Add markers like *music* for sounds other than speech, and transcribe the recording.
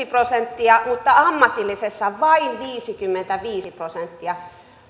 *unintelligible* prosenttia mutta ammatillisessa vain viisikymmentäviisi prosenttia